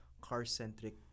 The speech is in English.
car-centric